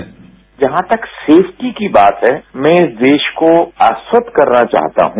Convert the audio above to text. sound bite जहां तक safety की बात है मैं देश को आश्वस्त करना चाहता हूं